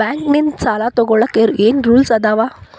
Bank ನಿಂದ್ ಸಾಲ ತೊಗೋಳಕ್ಕೆ ಏನ್ ರೂಲ್ಸ್ ಅದಾವ?